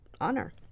honor